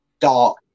dark